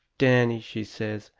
danny, she says,